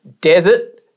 desert